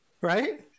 right